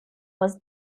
was